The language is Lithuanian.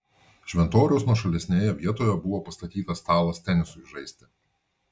šventoriaus nuošalesnėje vietoje buvo pastatytas stalas tenisui žaisti